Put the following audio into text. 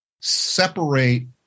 separate